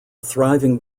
thriving